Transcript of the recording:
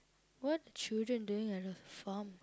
what children doing at a farm